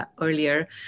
earlier